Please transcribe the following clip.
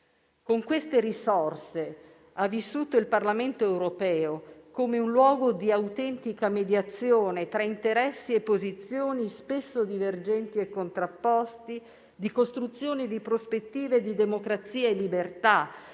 Con queste risorse ha vissuto il Parlamento europeo come un luogo di autentica mediazione tra interessi e posizioni spesso divergenti e contrapposti, di costruzione di prospettive di democrazia e libertà,